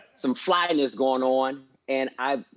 some flying is going on and i,